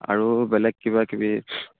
আৰু বেলেগ কিবা কিবি